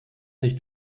nicht